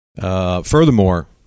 Furthermore